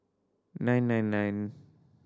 nine nine nine